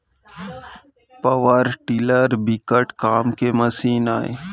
power tiller बिकट काम के मसीन आय